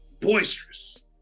boisterous